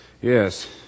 Yes